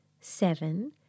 seven